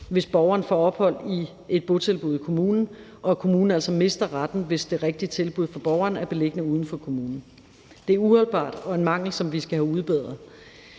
hvis borgeren får ophold i et botilbud i kommunen. Kommunen mister altså retten, hvis det rigtige tilbud for borgeren er beliggende uden for kommunen. Det er uholdbart og en mangel, som vi skal have udbedret.